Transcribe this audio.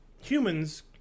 humans